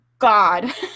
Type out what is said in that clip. God